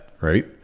Right